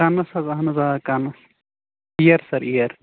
کَنَس حظ اَہن حظ آ کَنَس اِیر سَر اِیر